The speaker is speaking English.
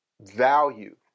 value